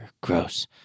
Gross